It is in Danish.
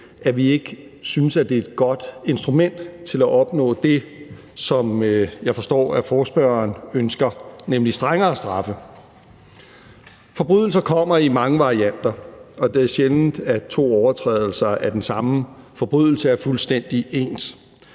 at vi ikke synes, det er et godt instrument til at opnå det, som jeg forstår forespørgerne ønsker, nemlig strengere straffe. Forbrydelser kommer i mange varianter, og det er sjældent, at to overtrædelser af den samme lovgivning er fuldstændig ens.